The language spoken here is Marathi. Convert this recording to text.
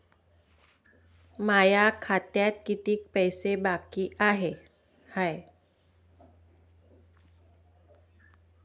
माया खात्यात कितीक पैसे बाकी हाय?